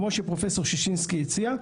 כמו שפרופסור ששינסקי הציע,